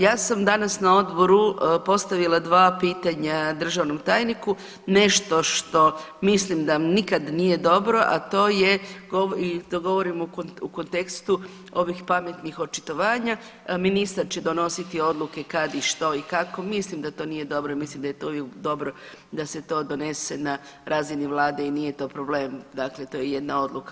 Ja sam danas na odboru postavila dva pitanja državnom tajniku, nešto što mislim da nikad nije dobro, a to je i to govorim u kontekstu ovih pametnih očitovanja, ministar će donositi odluke kad i što i kako, mislim da to nije dobro i mislim da … da se to donese na razini Vlade i nije to problem, dakle to je jedna odluka.